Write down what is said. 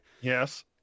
Yes